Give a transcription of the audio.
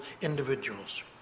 individuals